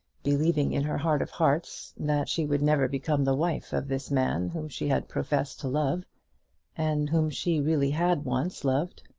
believing in her heart of hearts that she would never become the wife of this man whom she had professed to love and whom she really had once loved.